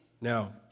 Now